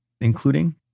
including